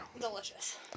Delicious